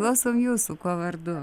klausom jūsų kuo vardu